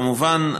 כמובן,